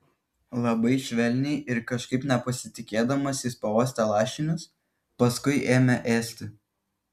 labai švelniai ir kažkaip nepasitikėdamas jis pauostė lašinius paskui ėmė ėsti